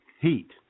heat